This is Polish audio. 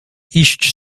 iść